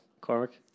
Cormac